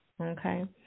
Okay